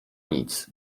nic